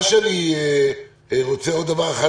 מה שאני רוצה עוד דבר אחד,